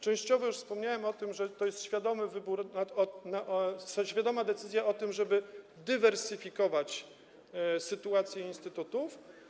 Częściowo już wspomniałem o tym, że to jest świadomy wybór, świadoma decyzja, żeby dywersyfikować sytuację instytutów.